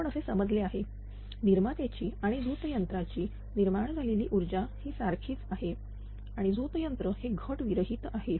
आपण असे समजले आहे निर्मात्याची आणि झोत यंत्राची निर्माण झालेली ऊर्जा ही सारखीच आहे आणि झोत यंत्र हे घट विरहित आहे